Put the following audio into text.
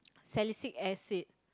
salicylic acid